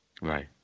Right